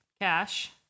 Cash